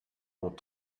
ont